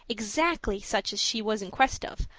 exactly such as she was in quest of,